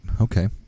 Okay